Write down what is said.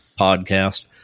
podcast